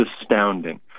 astounding